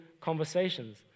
conversations